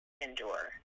endure